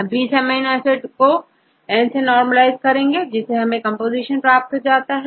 अब इस20 amino acid को nसे normalizeकरते हैं जिससे हमें कंपोजीशन प्राप्त हो जाता है